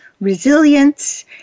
resilience